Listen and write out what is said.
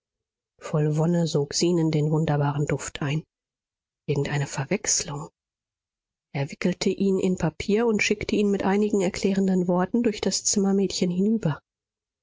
voll wonne sog zenon den wunderbaren duft ein irgendeine verwechslung er wickelte ihn in papier und schickte ihn mit einigen erklärenden worten durch das zimmermädchen hinüber